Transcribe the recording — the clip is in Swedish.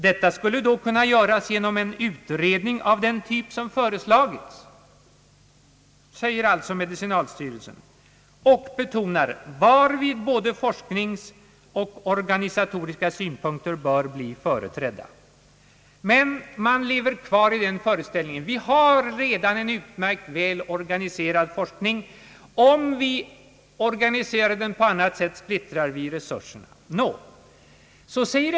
Detta skulle kunna göras genom en utredning av den typ som föreslagits, säger socialstyrelsen, varvid både forskningsoch organisatoriska synpunkter bör bli företrädda. Emellertid lever man kvar i föreställningen att vi har en utmärkt väl organiserad forskning och att vi, om vi organiserar den på annat sätt, splittrar våra resurser.